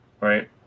right